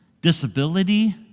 disability